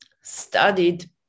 studied